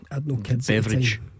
beverage